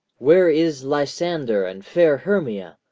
where is lysander and fair hermia?